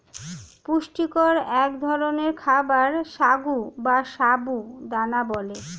পুষ্টিকর এক ধরনের খাবার সাগু বা সাবু দানা বলে